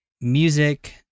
music